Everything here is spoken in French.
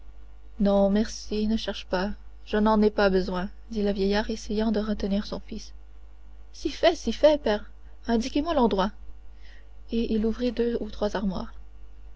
non merci ne cherche pas je n'en ai pas besoin dit le vieillard essayant de retenir son fils si fait si fait père indiquez-moi l'endroit et il ouvrit deux ou trois armoires